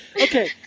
Okay